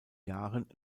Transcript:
jahren